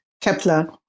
Kepler